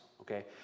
okay